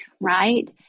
right